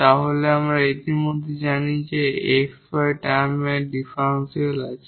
তাহলে আমরা ইতিমধ্যেই জানি যে এটি 𝑥𝑦 টার্মের ডিফারেনশিয়াল হবে